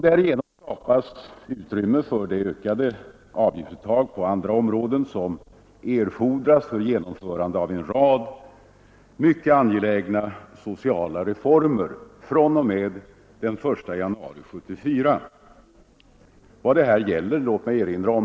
Därigenom skapas utrymme för det ökade avgiftsuttag på andra områden som erfordras för genomförandet av en rad mycket angelägna sociala reformer fr.o.m. den 1 januari 1974.